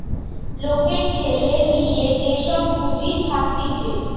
লোকের ঠেলে লিয়ে যে সব পুঁজি থাকতিছে